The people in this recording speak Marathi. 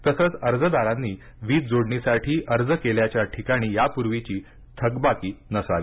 तसंच अर्जदारांनी वीजजोडणीसाठी अर्ज केल्याच्या ठिकाणी यापूर्वीची थकबाकी नसावी